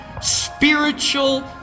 spiritual